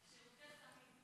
לשירותך תמיד.